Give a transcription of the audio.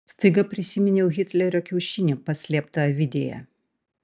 staiga prisiminiau hitlerio kiaušinį paslėptą avidėje